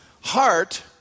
heart